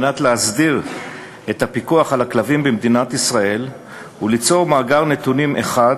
להסדיר את הפיקוח על הכלבים במדינת ישראל וליצור מאגר נתונים אחד,